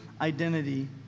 identity